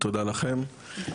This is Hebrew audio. תודה לכם.